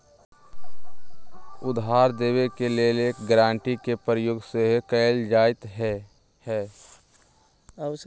उधार देबऐ के लेल गराँटी के प्रयोग सेहो कएल जाइत हइ